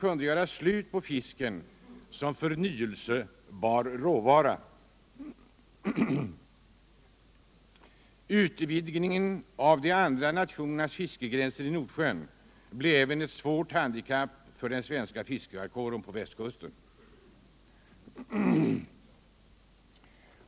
kunde göra slut på fisken som förnyelsebar råvara. Utvidgningen av de andra nationernas fiskegränser i Nordsjön blev ett svårt handikapp för den svenska fiskarkåren på västkusten.